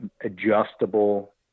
adjustable